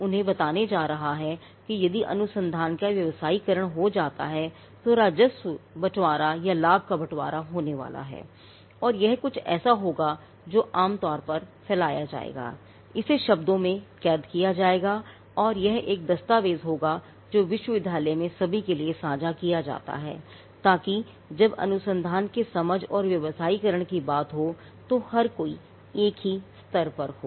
यह उन्हें बताने जा रहा है कि यदि अनुसंधान का व्यवसायीकरण हो जाता है तो राजस्व बंटवारा या लाभ का बंटवारा होने वाला है और यह कुछ ऐसा होगा जो आमतौर पर फैलाया जाएगा इसे शब्दों में कैद किया जाएगा और यह एक दस्तावेज होगा जो विश्वविद्यालय में सभी के लिए साझा किया गया है ताकि जब अनुसंधान के समझ और व्यावसायीकरण की बात हो तो हर कोई एक ही स्तर पर हो